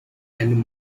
and